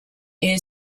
air